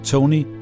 Tony